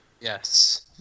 Yes